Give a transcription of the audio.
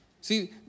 See